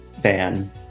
fan